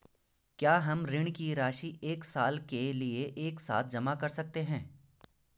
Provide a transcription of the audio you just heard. क्या हम ऋण की राशि एक साल के लिए एक साथ जमा कर सकते हैं?